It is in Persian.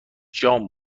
جان